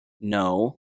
No